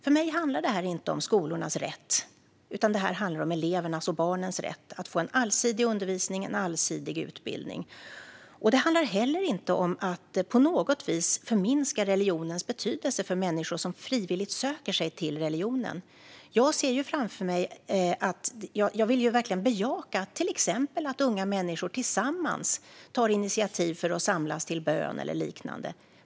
För mig handlar det inte om skolornas rätt, utan det handlar om elevernas och barnens rätt att få en allsidig undervisning och en allsidig utbildning. Det handlar inte heller på något sätt om att förminska religionens betydelse för människor som frivilligt söker sig till religionen. Jag vill verkligen bejaka att unga människor till exempel tillsammans tar initiativ till att samlas till bön eller liknande.